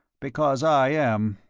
because i am.